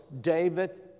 David